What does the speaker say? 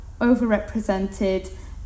overrepresented